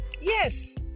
Yes